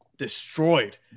Destroyed